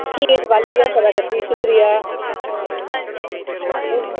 ठीक ऐ शिपाली जी अंऊ पता करगी शुक्रिया ठीक